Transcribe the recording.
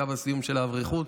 קו הסיום של האברכות